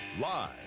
Live